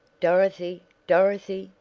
dorothy! dorothy!